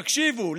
תקשיבו,